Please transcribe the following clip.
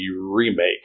remake